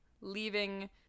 leaving